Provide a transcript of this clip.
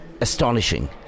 astonishing